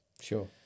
sure